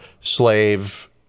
slave